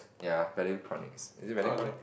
ya Valuetronics is it Valuetronics